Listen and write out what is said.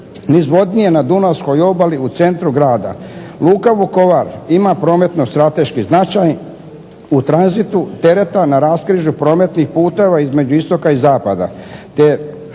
nizvodnije na dunavskoj obali u centru grada. Luka Vukovar ima prometno-strateški značaj u tranzitu tereta na raskrižju prometnih puteva između istoka i zapada